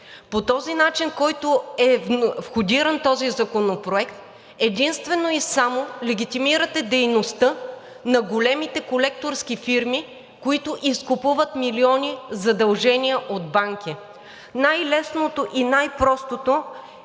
По начина, по който е входиран законопроектът, единствено и само легитимирате дейността на големите колекторски фирми, които изкупуват милиони задължения от банки. Най-лесното и най-простото